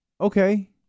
Okay